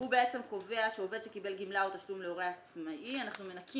הוא בעצם קובע שעובד שקיבל גמלה או תשלום להורה עצמאי אנחנו מנכים